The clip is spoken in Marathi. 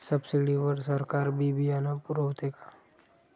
सब्सिडी वर सरकार बी बियानं पुरवते का?